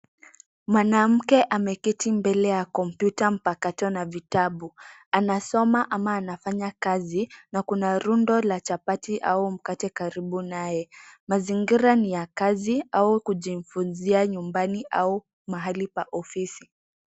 Mwanamke ameketi mbele ya kompyuta mpakato na vitabu. Anasoma ama anafanya kazi na kuna rundo la chapati au mkate karibu naye. Mazingira ni ya kazi au kujifunzia nyumbani au mahali pa ofisi.